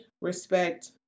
respect